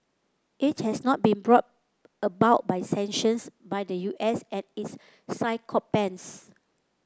it has not been brought about by sanctions by the U S and its sycophants